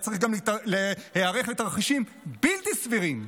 אולי צריך להיערך גם לתרחישים בלתי סבירים.